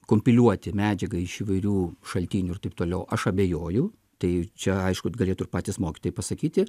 kompiliuoti medžiagą iš įvairių šaltinių ir taip toliau aš abejoju tai čia aišku galėtų ir patys mokytojai pasakyti